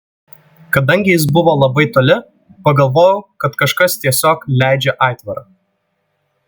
kadangi jis buvo labai toli pagalvojau kad kažkas tiesiog leidžia aitvarą